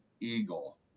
eagle